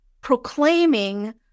proclaiming